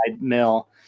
mill